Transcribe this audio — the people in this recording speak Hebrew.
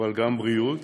אבל גם בריאות